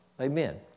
Amen